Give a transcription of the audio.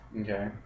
Okay